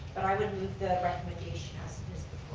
and i would move the recommendation as it is